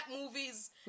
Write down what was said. movies